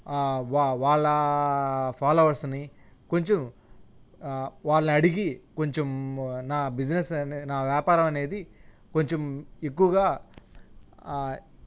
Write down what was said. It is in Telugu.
వా వా వాళ్ళ ఫాలోవర్స్ని కొంచెం వాళ్ళను అడిగి కొంచెం నా బిజినెస్ అనే నా వ్యాపారం అనేది కొంచెం ఎక్కువగా